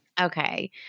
okay